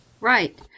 Right